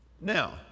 Now